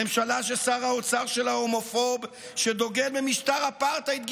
ממשלה ששר האוצר שלה הומופוב שדוגל במשטר אפרטהייד גזעני.